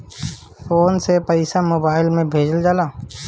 phone पे से पईसा mobile से भेजल जाला